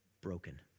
broken